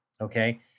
Okay